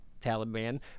Taliban